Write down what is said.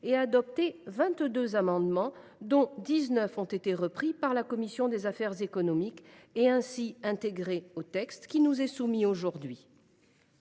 et a adopté vingt deux amendements, dont dix neuf ont été repris par la commission des affaires économiques et ainsi intégrés au texte qui nous est soumis aujourd’hui.